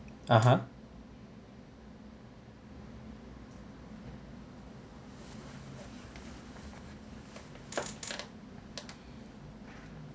(uh huh)